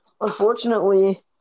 Unfortunately